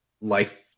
life